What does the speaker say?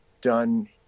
done